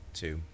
two